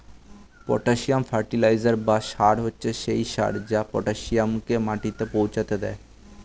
potassium fertiliser বা সার হচ্ছে সেই সার যা পটাসিয়ামকে মাটিতে পৌঁছাতে দেয়